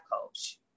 coach